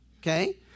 Okay